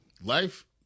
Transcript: life